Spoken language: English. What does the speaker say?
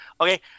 okay